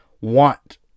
want